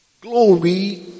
glory